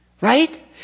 Right